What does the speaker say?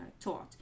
taught